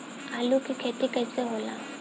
आलू के खेती कैसे होला?